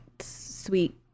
Sweet